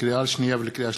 לקריאה שנייה ולקריאה שלישית,